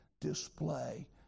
display